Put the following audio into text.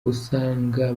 usanga